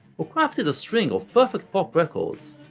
who crafted a string of perfect pop records,